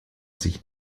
sich